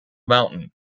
mountain